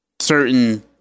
certain